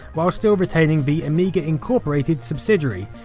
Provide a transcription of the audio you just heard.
whilst retaining the amiga incorporated subsidiary,